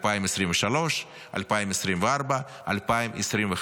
2023, 2024, 2025,